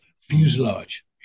fuselage